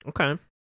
Okay